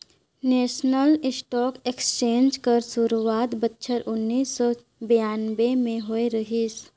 national stock exchange कर सुरवात बछर उन्नीस सव बियानबें में होए रहिस